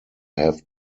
have